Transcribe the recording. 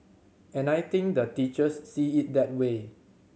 and I think the teachers see it that way